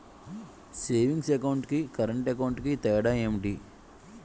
Savings account కి current account కి తేడా ఏమిటి?